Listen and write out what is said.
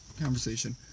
conversation